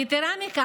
יתרה מזו,